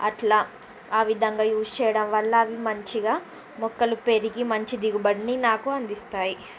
అట్లా ఆ విధంగా యూస్ చేయడం వల్ల అవి మంచిగా మొక్కలు పెరిగి మంచి దిగుబడిని నాకు అందిస్తాయి